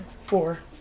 Four